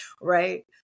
right